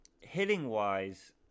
Hitting-wise